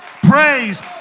Praise